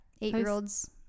Eight-year-olds